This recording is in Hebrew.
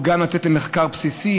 או גם לתת למחקר בסיסי,